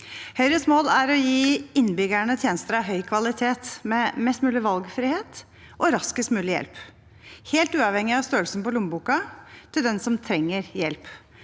Høyres mål er å gi innbyggerne tjenester av høy kvalitet, med mest mulig valgfrihet og raskest mulig hjelp, helt uavhengig av størrelsen på lommeboka til den som trenger hjelp.